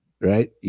Right